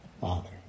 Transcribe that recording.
Father